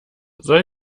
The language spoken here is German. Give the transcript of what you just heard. soll